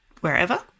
wherever